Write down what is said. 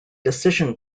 decision